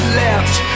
left